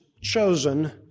chosen